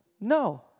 No